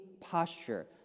posture